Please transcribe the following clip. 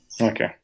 Okay